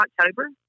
October